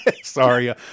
sorry